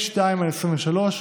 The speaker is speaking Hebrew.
התש"ף 2020, פ/2/23.